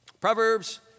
Proverbs